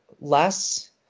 less